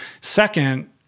Second